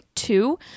Two